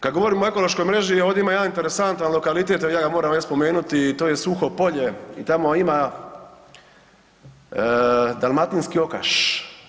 Kad govorimo o ekološkoj mreži, ovdje ima jedan interesantan lokalitet, evo ja ga moram ovdje spomenuti i to je Suho polje i tamo ima dalmatinski okaš.